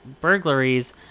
burglaries